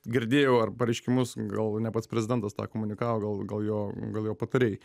girdėjau ar pareiškimus gal ne pats prezidentas tą komunikavo gal gal jo gal jo patarėjai